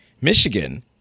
Michigan